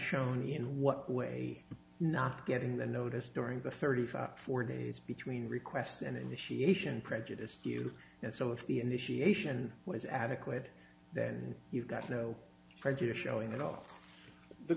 shown me in what way not getting the notice during the thirty five four days between requests and initiation prejudiced you and some of the initiation was adequate then you got no prejudice showing it off the